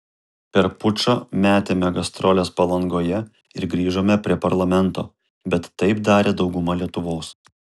per pučą metėme gastroles palangoje ir grįžome prie parlamento bet taip darė dauguma lietuvos